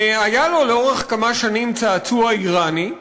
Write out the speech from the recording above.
היה לו לאורך כמה שנים צעצוע איראני,